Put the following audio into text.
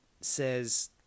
says